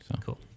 Cool